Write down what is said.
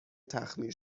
تخمیر